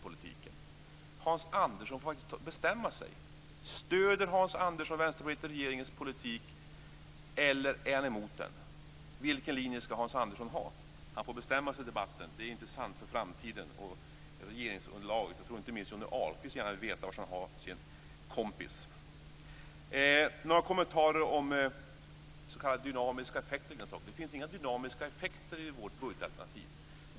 Jag tror inte minst att Johnny Ahlqvist gärna vill veta var han har sin kompis. Så har jag några kommentarer om s.k. dynamiska effekter. Det finns inga dynamiska effekter i vårt budgetalternativ.